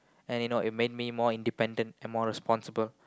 and you know it made me more independent and more responsible